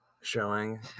showing